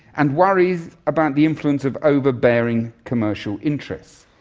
and worries about the influence of over-bearing commercial interests.